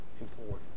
important